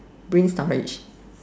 brain storage